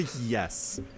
Yes